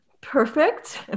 perfect